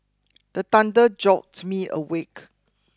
the thunder jolt me awake